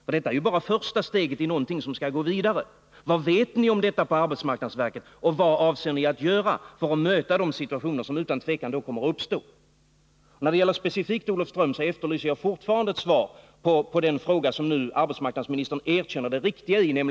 Det gäller ju bara första steget i en process som skall gå vidare. Vad vet ni om detta på arbetsmarknadsverket, och vad avser ni att göra för att möta de situationer som utan tvivel kommer att uppstå? När det gäller Olofström efterlyser jag fortfarande ett svar på den fråga vars berättigande arbetsmarknadsministern nu erkänner.